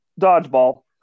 dodgeball